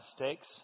mistakes